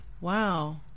Wow